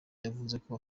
yavuzeko